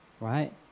right